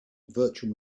virtual